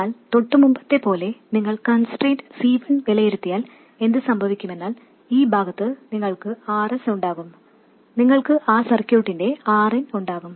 എന്നാൽ തൊട്ടുമുമ്പത്തേ പോലെ നിങ്ങൾ കൺസ്ട്രെയിന്റ് C1 വിലയിരുത്തിയാൽ എന്ത് സംഭവിക്കുമെന്നാൽ ഈ ഭാഗത്ത് നിങ്ങൾക്ക് Rs ഉണ്ടാകും നിങ്ങൾക്ക് ആ സർക്യൂട്ടിന്റെ Rin ഉണ്ടാകും